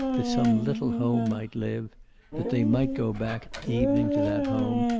that some little home might live that they might go back at evening to that home,